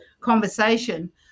conversation